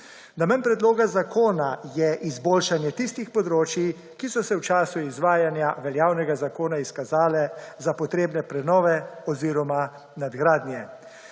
Namen predloga zakona je izboljšanje tistih področij, ki so se v času izvajanja veljavnega zakona izkazala za potrebna prenove oziroma nadgradnje.